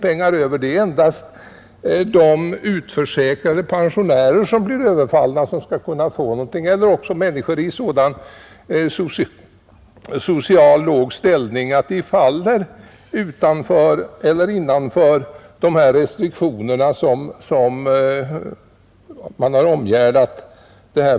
Det är endast de utförsäkrade pensionärer som blir överfallna som kan få någonting eller också människor i så låg social ställning att de inte omfattas av de restriktioner som pengarna omgärdats med.